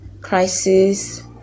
crisis